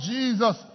Jesus